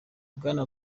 bwana